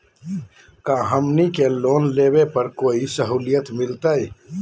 का हमनी के लोन लेने पर कोई साहुलियत मिलतइ?